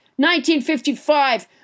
1955